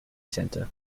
center